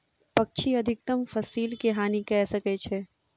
पक्षी अधिकतम फसिल के हानि कय सकै छै